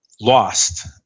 lost